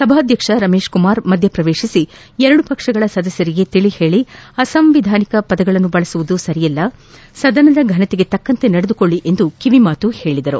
ಸಭಾಧ್ಯಕ್ಷ ರಮೇಶ್ ಕುಮಾರ್ ಮಧ್ಯ ಪ್ರವೇತಿಸಿ ಎರಡು ಪಕ್ಷಗಳ ಸದಸ್ಯರಿಗೆ ತಿಳಿ ಹೇಳಿ ಅಸಾಂವಿದಾನಿಕ ಪದಗಳನ್ನು ಬಳಸುವುದು ಸರಿಯಲ್ಲ ಸದನದ ಫನತೆಗೆ ತಕ್ಕಂತೆ ನಡೆದುಕೊಳ್ಳಿ ಎಂದು ಕಿವಿಮಾತು ಹೇಳಿದರು